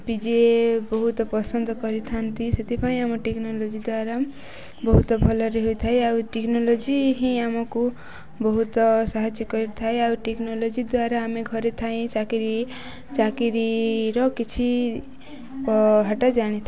PG ବହୁତ ପସନ୍ଦ କରିଥାନ୍ତି ସେଥିପାଇଁ ଆମ ଟେକ୍ନୋଲୋଜି ଦ୍ୱାରା ବହୁତ ଭଲରେ ହୋଇଥାଏ ଆଉ ଟେକ୍ନୋଲୋଜି ହିଁ ଆମକୁ ବହୁତ ସାହାଯ୍ୟ କରିଥାଏ ଆଉ ଟେକ୍ନୋଲୋଜି ଦ୍ୱାରା ଆମେ ଘରେ ଥାଇ ଚାକିରି ଚାକିରିର କିଛି ହଟା ଜାଣିଥାଉ